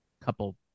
Couple